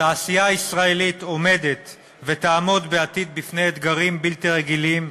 התעשייה הישראלית עומדת ותעמוד בעתיד בפני אתגרים בלתי רגילים,